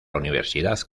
universidad